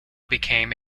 became